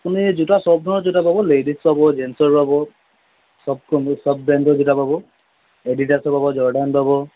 আপুনি জোতা সব ধৰণৰ জোতা পাব লেডিজ পাব জেন্ছৰ পাব সব সব ব্ৰেণ্ডৰ জোতা পাব এডিডাছৰ পাব জ্বৰ্দান পাব